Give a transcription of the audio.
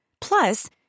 Plus